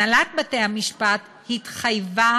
הנהלת בתי-המשפט התחייבה